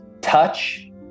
touch